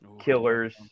Killers